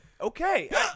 Okay